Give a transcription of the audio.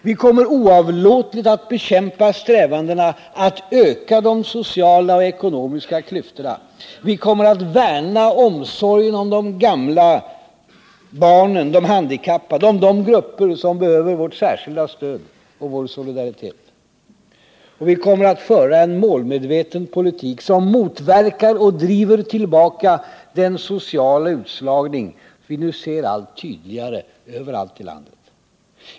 Vi kommer oavlåtligt att bekämpa strävanden att öka de sociala och ekonomiska klyftorna. Vi kommer att värna omsorgen om barnen, de gamla, de handikappade, om de grupper som behöver vårt särskilda stöd och vår solidaritet. Vi kommer att föra en målmedveten politik som motverkar och driver tillbaka den sociala utslagning vi nu ser allt tydligare överallt i landet.